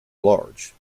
large